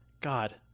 God